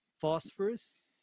phosphorus